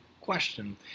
question